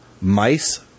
mice